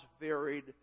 varied